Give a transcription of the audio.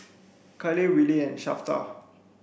Kyleigh Wiley and Shafter